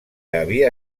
havia